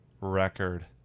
record